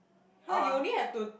!huh! you only have to